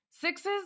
Sixes